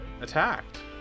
attacked